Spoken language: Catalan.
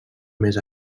més